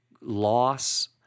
loss